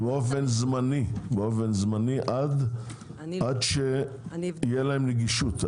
באופן זמני עד שתהיה להם נגישות.